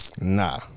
Nah